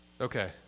Okay